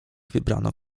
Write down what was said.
wybrano